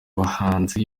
abahanzi